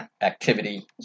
activity